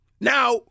Now